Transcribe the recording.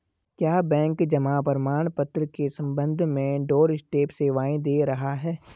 क्या बैंक जमा प्रमाण पत्र के संबंध में डोरस्टेप सेवाएं दे रहा है?